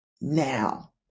now